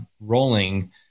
rolling